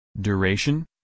Duration